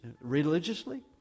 religiously